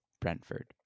Brentford